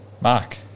Mark